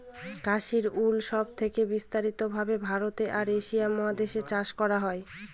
Kashmiri wool সব থেকে বিস্তারিত ভাবে ভারতে আর এশিয়া মহাদেশে চাষ করা হয়